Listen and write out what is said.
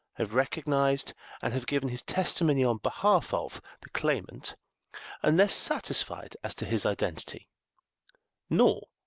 have recognised and have given his testimony on behalf of the claimant unless satisfied as to his identity nor,